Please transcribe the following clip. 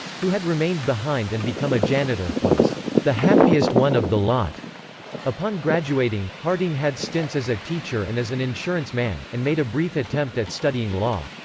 who had remained behind and become a janitor, was the happiest one of the lot upon graduating, harding had stints as a teacher and as an insurance man, and made a brief attempt at studying law.